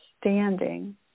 standing